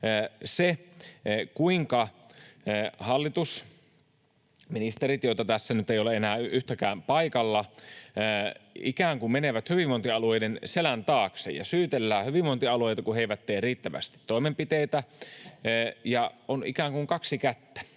se, kuinka hallitus — ministerit, joita tässä nyt ei ole enää yhtäkään paikalla — ikään kuin menee hyvinvointialueiden selän taakse ja syytellään hyvinvointialueita, kun he eivät tee riittävästi toimenpiteitä. On ikään kuin kaksi kättä,